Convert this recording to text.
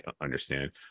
understand